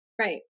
Right